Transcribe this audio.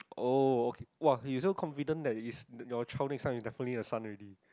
oh okay !wah! you so confident that yours the your child next one is definitely a son already